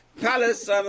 palace